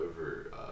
over